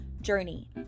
journey